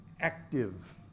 active